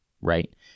right